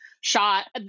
shot